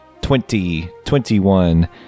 2021